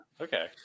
Okay